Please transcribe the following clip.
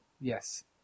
Yes